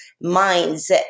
minds